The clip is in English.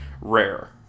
rare